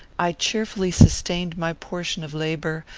i cheerfully sustained my portion of labour,